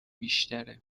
بیشتره